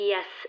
Yes